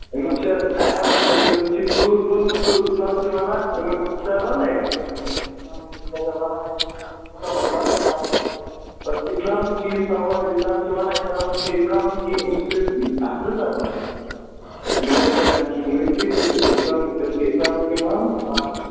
أمۍ چھ حظ عیال تہٕ أمۍ چھ ژوٗر کوٚرمُت تہٕ اِسلام چھُ ونان أمِس ژٔٹِو نَرِ قانوٗن یہِ سزا ونان اَسہِ مُکمل کَرُن پَتہٕ ہٮ۪کہٕ نہَ حظ گژھِتھ اِسلامُک چھُ یہِ سوال اِسلام چھُ ونان اِسلامُک چھُ یہِ قانوٗن کہِ أمِس چھ اَتھٕ زٕ ژَٹُن اَتھ مَنٛز ہیٚکو نہٕ أسۍ کِہیٖنۍ ؤنِتھ تہِ تہٕ اِسلامُک چھُ تیٚلہِ چھُ اِسلامُک چھُے مانُن